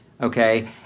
okay